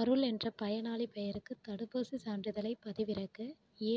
அருள் என்ற பயனாளிப் பெயருக்கு தடுப்பூசிச் சான்றிதழைப் பதிவிறக்க